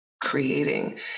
creating